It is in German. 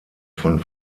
von